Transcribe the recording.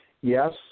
Yes